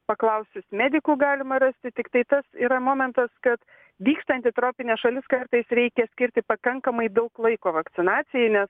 paklausus medikų galima rasti tiktai tas yra momentas kad vykstant į tropines šalis kartais reikia skirti pakankamai daug laiko vakcinacijai nes